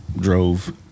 drove